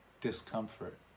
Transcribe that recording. discomfort